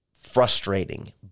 frustrating